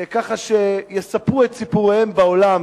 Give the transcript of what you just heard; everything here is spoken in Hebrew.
ככה שיספרו את סיפוריהם בעולם